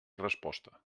resposta